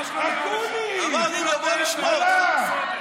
אמרנו, נבוא, נשמע אותך.